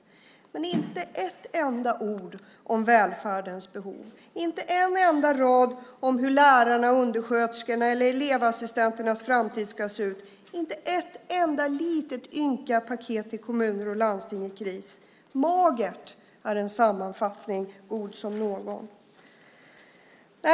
Men det finns inte ett enda ord om välfärdens behov, inte en enda rad om hur lärarnas och undersköterskornas eller elevassistenternas framtid ska se ut. Det finns inte ett enda ynka paket till kommuner och landsting i kris. Magert är en sammanfattning god som någon.